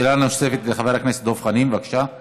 שאלה נוספת לחבר הכנסת דב חנין, בבקשה.